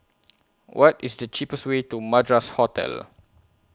What IS The cheapest Way to Madras Hotel